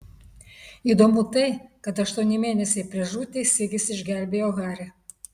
įdomu tai kad aštuoni mėnesiai prieš žūtį sigis išgelbėjo harį